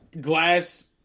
glass